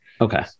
Okay